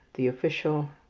the official,